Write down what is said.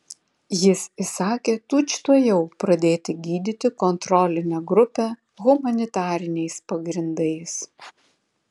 jis įsakė tučtuojau pradėti gydyti kontrolinę grupę humanitariniais pagrindais